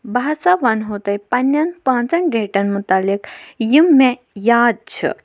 بہٕ ہسا ونہو تۄہہِ پنٕنٮ۪ن پانٛژن ڈیٹن مُتعلِق یِم مےٚ یاد چھِ